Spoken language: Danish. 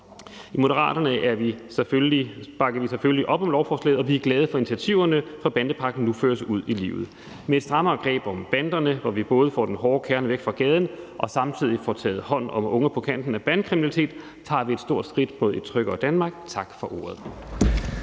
I Moderaterne bakker vi selvfølgelig op om lovforslaget, og vi er glade for initiativerne, så bandepakken nu føres ud i livet. Med et strammere greb om banderne, hvor vi både får den hårde kerne væk fra gaden og samtidig får taget hånd om unge på kanten af bandekriminalitet, tager vi et stort skridt mod et tryggere Danmark. Tak for ordet.